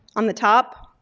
on the top.